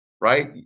right